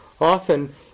often